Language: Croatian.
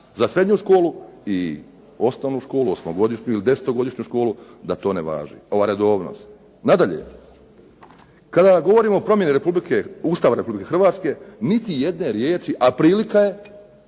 za srednju školu i osnovnu školu ili desetogodišnju školu da to ne važi ta redovnost. Nadalje, kada govorimo promjeni Ustava Republike Hrvatske niti jedne riječi, a prilika je